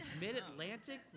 Mid-Atlantic